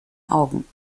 augen